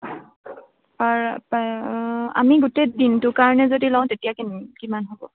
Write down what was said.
অ আমি গোটেই দিনটোৰ কাৰণে যদি লওঁ তেতিয়া কি কিমান হ'ব